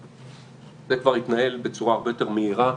זה כבר יתנהל בצורה הרבה יותר מהירה,